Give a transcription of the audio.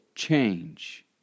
change